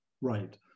right